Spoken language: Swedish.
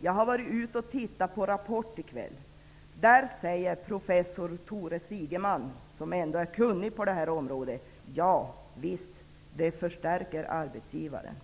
Jag tittade tidigare i kväll på Rapport och hörde då professor Tore Sigeman, som är kunnig på det här området, säga: Ja visst, det förstärker arbetsgivaren.